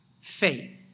Faith